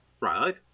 right